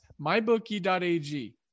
mybookie.ag